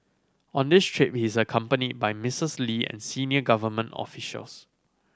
on this trip he is accompanied by Mistress Lee and senior government officials